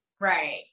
Right